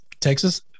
Texas